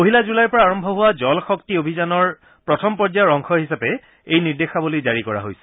পহিলা জুলাইৰ পৰা আৰম্ভ হোৱা জল শক্তি অভিযানৰ প্ৰথম পৰ্যায়ৰ অংশ হিচাপে এই নিৰ্দেশাৱলী জাৰী কৰা হৈছে